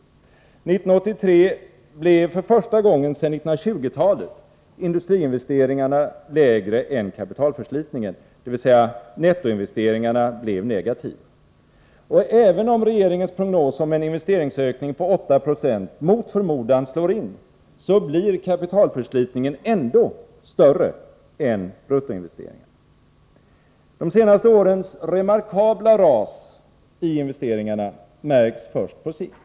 År 1983 blev industriinvesteringarna för första gången sedan 1920-talet lägre än kapitalförslitningen, dvs. nettoinvesteringarna blev negativa. Och även om regeringens prognos om en investeringsökning på 8 76 mot förmodan slår in, så blir kapitalförslitningen ändå större än bruttoinvesteringarna. De senaste årens remarkabla ras i investeringarna märks först på sikt.